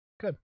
Good